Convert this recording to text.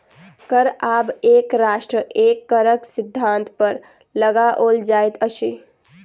कर आब एक राष्ट्र एक करक सिद्धान्त पर लगाओल जाइत अछि